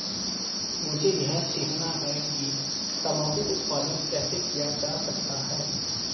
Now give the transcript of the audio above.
मुझे यह सीखना है कि तंबाकू उत्पादन कैसे किया जा सकता है?